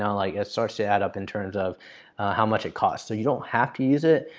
know, like it starts to add up in terms of how much it costs. so you don't have to use it.